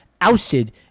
ousted